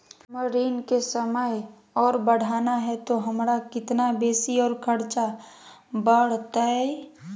हमर ऋण के समय और बढ़ाना है तो हमरा कितना बेसी और खर्चा बड़तैय?